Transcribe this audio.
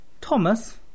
Thomas